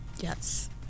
Yes